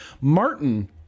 Martin